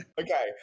Okay